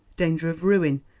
danger of ruin,